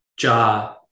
Ja